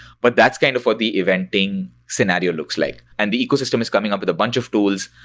but that's kind of what the eventing scenario looks like, and the ecosystem is coming up with a bunch of tools.